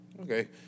Okay